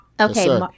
Okay